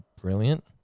brilliant